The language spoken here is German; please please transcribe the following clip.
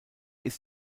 ist